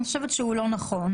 אני חושבת שהוא לא נכון.